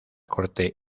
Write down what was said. corte